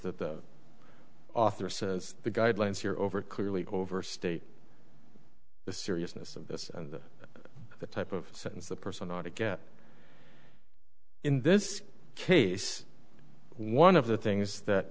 that the author says the guidelines here over clearly overstate the seriousness of this and the type of sentence the person ought to get in this case one of the things that